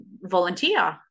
volunteer